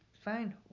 fine